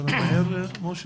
אתה ממהר, משה?